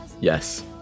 Yes